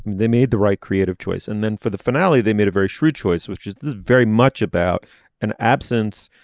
they made the right creative choice and then for the finale they made a very shrewd choice which is very much about an absence.